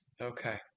okay